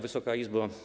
Wysoka Izbo!